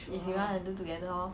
ya she told me she say